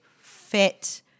fit